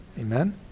Amen